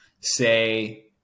say